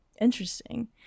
interesting